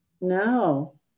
No